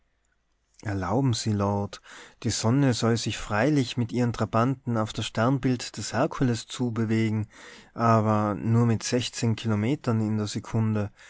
erlauben sie lord die sonne soll sich freilich mit ihren trabanten auf das sternbild des herkules zu bewegen aber nur mit kilometern in der sekunde